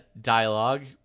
dialogue